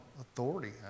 authority